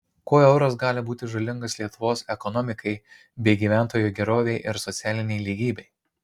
kuo euras gali būti žalingas lietuvos ekonomikai bei gyventojų gerovei ir socialinei lygybei